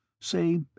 say